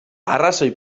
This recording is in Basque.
arrazoi